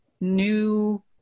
new